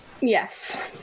Yes